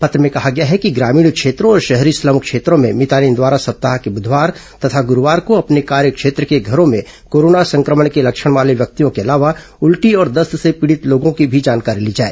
पत्र में कहा गया है कि ग्रामीण क्षेत्रों और शहरी स्लम क्षेत्रों में भितानिन द्वारा सप्ताह के बुधवार तथा गुरूवार को अपने कार्य क्षेत्र के घरों में कोरोना संक्रमण के लक्षण वाले व्यक्तियों के अलावा उल्टी और दस्त से पीड़ित लोगों की भी जानकारी ली जाए